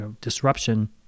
disruption